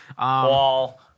Wall